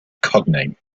cognate